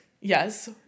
Yes